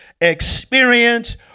experience